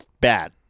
bad